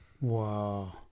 Wow